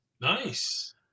Nice